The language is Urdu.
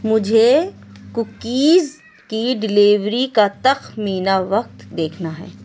مجھے کوکیز کی ڈیلیوری کا تخمینہ وقت دیکھنا ہے